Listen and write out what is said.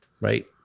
right